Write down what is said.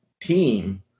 team